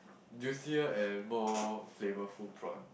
juicier and more flavour food prawn